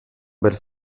belles